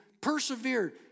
persevered